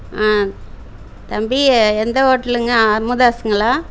ஆ தம்பி எந்த ஹோட்டலுங்க அர்மதாஸுங்களா